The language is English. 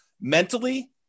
mentally